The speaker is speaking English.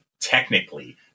technically